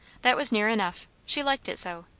that was near enough. she liked it so.